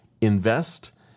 invest